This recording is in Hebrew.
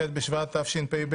ח' בשבט התשפ"ב,